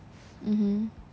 mmhmm